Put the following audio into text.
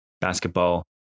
basketball